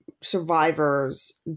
survivors